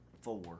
four